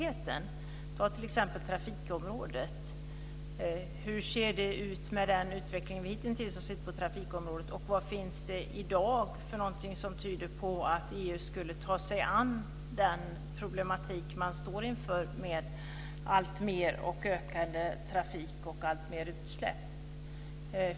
Det gäller t.ex. trafikområdet. Hur ser det ut där med tanke på den utveckling som vi hittills har sett på det området? Vad finns det i dag som tyder på att EU skulle ta sig an den problematik som man står inför med ökad trafik och alltmer utsläpp?